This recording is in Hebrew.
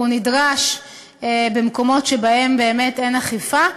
והוא נדרש במקומות שבהם באמת אין אכיפה,